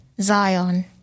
Zion